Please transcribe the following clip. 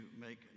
make